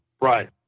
Right